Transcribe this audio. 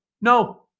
no